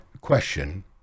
question